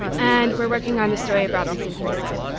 and we're working on the story of robinson crusoe.